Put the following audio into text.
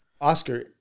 Oscar